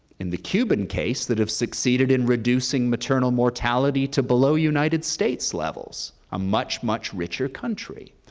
in the cuban case that have succeeded in reducing maternal mortality to below united states levels, a much, much richer country.